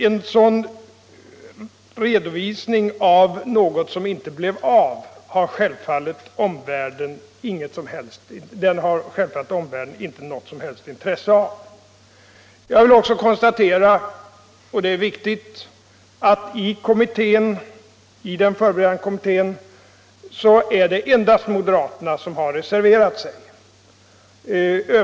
En sådan redovisning av något som inte blev av har självfallet omvärlden inte något som helst intrsse av. Jag vill också konstatera — och det är viktigt — att det i den förberedande kommittén endast är moderaterna som har reserverat sig.